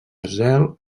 zel